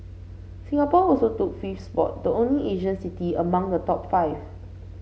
Singapore also took fifth spot the only Asian city among the top five